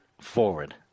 forward